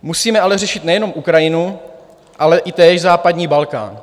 Musíme řešit ale nejenom Ukrajinu, ale i též západní Balkán.